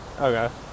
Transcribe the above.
okay